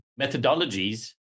methodologies